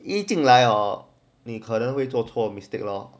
一进来哦你可能会做错 mistake lor